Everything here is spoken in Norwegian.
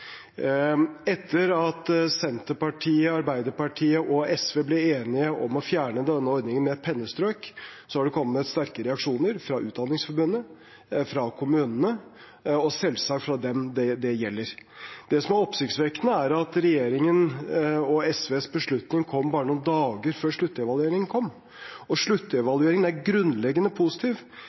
Etter at Senterpartiet, Arbeiderpartiet og SV ble enige om å fjerne denne ordningen med et pennestrøk, har det kommet sterke reaksjoner fra Utdanningsforbundet, kommunene og selvsagt fra dem det gjelder. Det som er oppsiktsvekkende er at regjeringen og SVs beslutning kom bare noen dager før sluttevalueringen kom, og sluttevalueringen er grunnleggende positiv